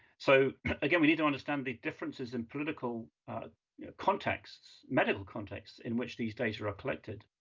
so again, we need to understand the differences in political contexts, medical contexts in which these data are collected.